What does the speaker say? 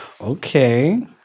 okay